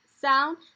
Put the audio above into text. sound